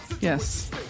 Yes